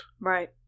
Right